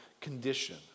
condition